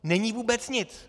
Není vůbec nic.